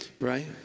Right